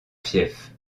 fief